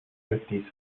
fifties